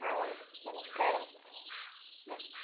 hi നമസ്ക്കാരം